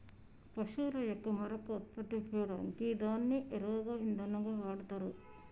పశువుల యొక్క మరొక ఉత్పత్తి పేడ గిదాన్ని ఎరువుగా ఇంధనంగా వాడతరు